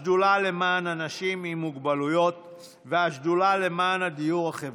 השדולה למען אנשים עם מוגבלויות והשדולה למען הדיור החברתי.